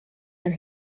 and